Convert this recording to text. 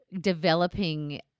developing